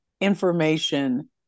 information